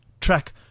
track